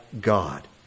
God